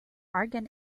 argon